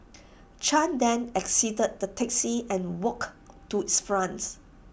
chan then exited the taxi and walked to its fronts